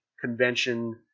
convention